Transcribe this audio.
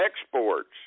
exports